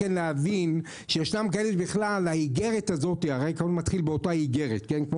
הכל התחיל באותה איגרת, כמו